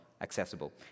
accessible